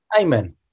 amen